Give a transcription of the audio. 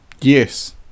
yes